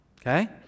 okay